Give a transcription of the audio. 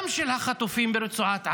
גם של החטופים ברצועת עזה,